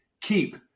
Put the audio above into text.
KEEP